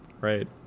Right